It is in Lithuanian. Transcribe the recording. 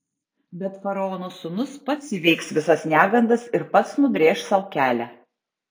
bet faraono sūnus pats įveiks visas negandas ir pats nubrėš sau kelią